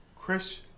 Chris